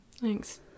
Thanks